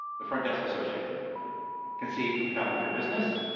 the front desk associate can see i'm traveling for business,